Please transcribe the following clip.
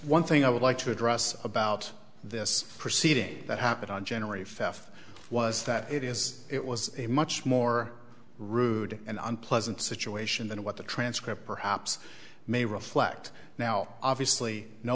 one thing i would like to address about this proceeding that happened on generally faff was that it is it was a much more rude and unpleasant situation than what the transcript perhaps may reflect now obviously no